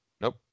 Nope